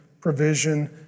provision